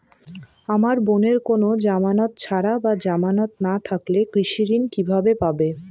আমার বোনের কোন জামানত ছাড়া বা জামানত না থাকলে কৃষি ঋণ কিভাবে পাবে?